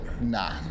nah